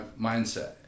mindset